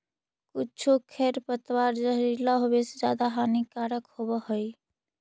कुछो खेर पतवार जहरीला होवे से ज्यादा हानिकारक होवऽ हई